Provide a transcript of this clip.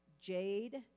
Jade